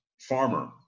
Farmer